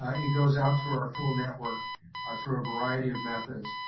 ah it goes out through our full network ah through a variety of methods.